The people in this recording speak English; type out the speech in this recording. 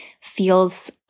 feels